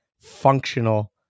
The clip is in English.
functional